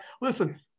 Listen